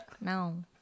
No